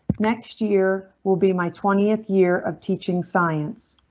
next year will be my twentieth year of teaching science,